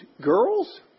girls